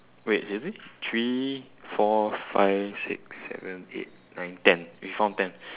wait is it three four five six seven eight nine ten we found ten